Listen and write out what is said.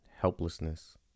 helplessness